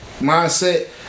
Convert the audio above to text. mindset